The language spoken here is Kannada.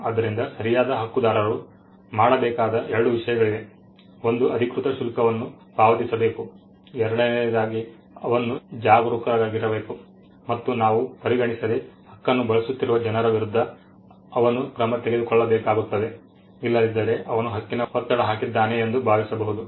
ಆದ್ದರಿಂದ ಸರಿಯಾದ ಹಕ್ಕುದಾರರು ಮಾಡಬೇಕಾದ 2 ವಿಷಯಗಳಿವೆ 1 ಅಧಿಕೃತ ಶುಲ್ಕವನ್ನು ಪಾವತಿಸಬೇಕು 2 ಅವನು ಜಾಗರೂಕರಾಗಿರಬೇಕು ಮತ್ತು ನಾವು ಪರಿಗಣಿಸದೆ ಹಕ್ಕನ್ನು ಬಳಸುತ್ತಿರುವ ಜನರ ವಿರುದ್ಧ ಅವನು ಕ್ರಮ ತೆಗೆದುಕೊಳ್ಳಬೇಕಾಗುತ್ತದೆ ಇಲ್ಲದಿದ್ದರೆ ಅವನು ಹಕ್ಕಿನ ಒತ್ತಡ ಹಾಕಿದ್ದಾನೆ ಎಂದು ಭಾವಿಸಬಹುದು